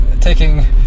taking